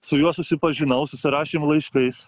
su juo susipažinau susirašėm laiškais